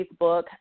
Facebook